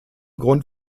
grund